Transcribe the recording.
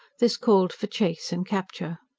this called for chase and capture.